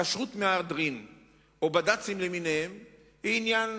כשרות מהדרין או בד"צים למיניהם זה עניין